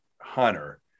Hunter